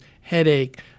headache